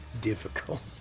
difficult